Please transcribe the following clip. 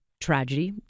tragedy